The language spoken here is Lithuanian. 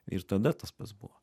ir tada tas pats buvo